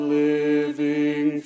living